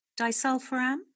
Disulfiram